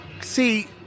See